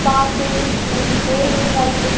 বাসে ম্যাজিকে এমনি গাড়িতে